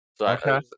Okay